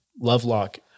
Lovelock